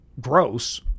gross